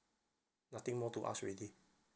nothing more to ask already